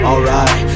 Alright